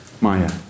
Maya